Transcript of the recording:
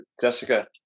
Jessica